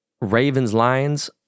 Ravens-Lions